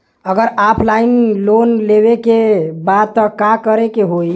अगर offline loan लेवे के बा त का करे के होयी?